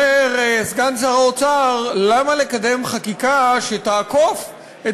אומר סגן שר האוצר: למה לקדם חקיקה שתעקוף את